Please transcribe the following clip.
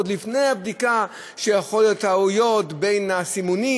זה עוד לפני הבדיקה שיכולות להיות טעויות בין הסימונים,